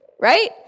Right